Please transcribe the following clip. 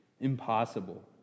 impossible